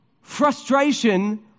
Frustration